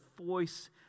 voice